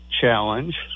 Challenge